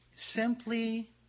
Simply